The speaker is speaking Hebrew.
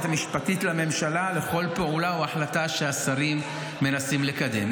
המשפטית לממשלה לכל פעולה או החלטה שהשרים מנסים לקדם?